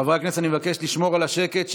חברי הכנסת, אני מבקש לשמור על השקט.